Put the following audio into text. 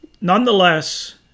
Nonetheless